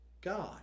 God